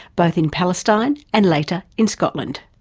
both in palestine and later in scotland.